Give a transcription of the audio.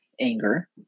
anger